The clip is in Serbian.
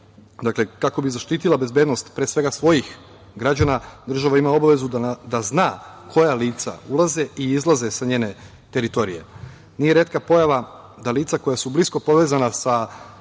Dakle, kako bi zaštitila bezbednost svojih građana, država ima obavezu da zna koja lica ulaze i izlaze sa njene teritorije. Nije retka pojava da lica koja su blisko povezana sa